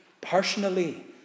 personally